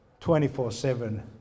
24-7